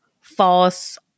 false